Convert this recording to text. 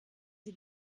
sie